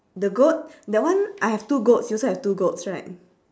the goat that one I have two goats you also have two goats right